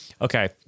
Okay